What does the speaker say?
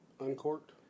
Uncorked